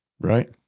Right